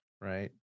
Right